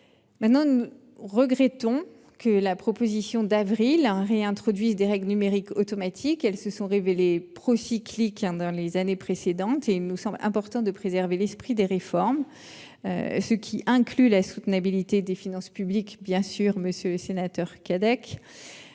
numérique. Nous regrettons que la proposition d'avril réintroduise des règles numériques automatiques, car elles se sont révélées procycliques dans les années précédentes. Il nous semble important de préserver l'esprit des réformes, ce qui inclut bien sûr la soutenabilité des finances publiques. Ces règles numériques